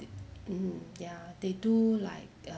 mm ya they do like err